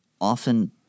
often